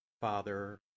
Father